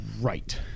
right